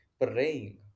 praying